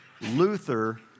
Luther